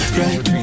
right